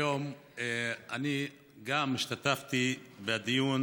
היום גם אני השתתפתי בדיון